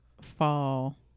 fall